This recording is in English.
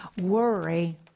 Worry